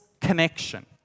connection